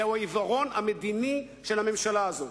היא העיוורון המדיני של הממשלה הזו.